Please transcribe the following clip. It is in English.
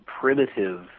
primitive